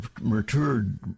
matured